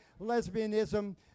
lesbianism